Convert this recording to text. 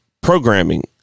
programming